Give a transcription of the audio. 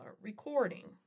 recording